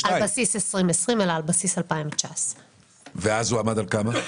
בסיס 2020 אלא על בסיס 2019. ואז הוא עמד על כמה?